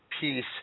peace